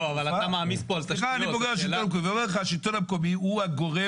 אני אומר לך השלטון המקומי הוא הגורם